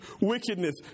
wickedness